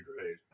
great